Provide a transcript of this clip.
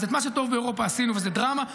אז את מה שטוב באירופה, עשינו, וזו דרמה.